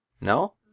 No